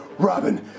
Robin